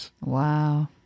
Wow